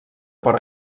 però